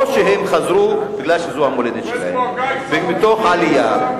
או שהם חזרו כי זאת המולדת שלהם, בתוך עלייה.